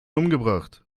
umgebracht